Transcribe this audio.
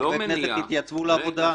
חברי הכנסת יתייצבו לעבודה.